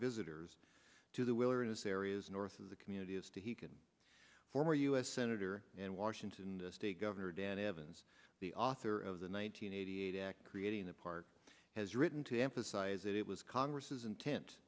visitors to the wilderness areas north of the community is to he can former u s senator and washington state governor dan evans the author of the one nine hundred eighty eight act creating the party has written to emphasize that it was congress's intent